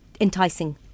enticing